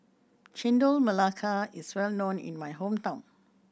Chendol Melaka is well known in my hometown